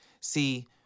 See